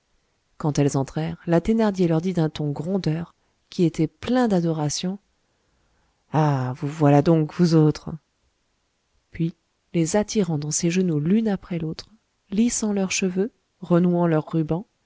quand elles entrèrent la thénardier leur dit d'un ton grondeur qui était plein d'adoration ah vous voilà donc vous autres puis les attirant dans ses genoux l'une après l'autre lissant leurs cheveux renouant leurs rubans